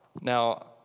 Now